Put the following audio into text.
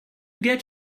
get